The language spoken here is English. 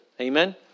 Amen